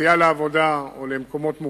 בנסיעה לעבודה או למקומות מוגדרים,